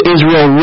Israel